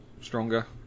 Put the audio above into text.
stronger